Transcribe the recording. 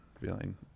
feeling